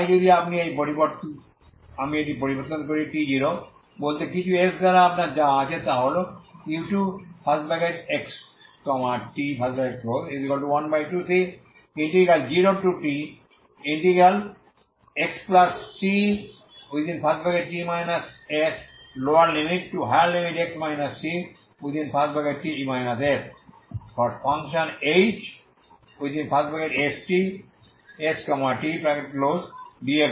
তাই যদি আমি এটি পরিবর্তন করি t0বলতে কিছু s দ্বারা আপনার যা আছে তা হল u2xt12c0txcx chst dx0 ds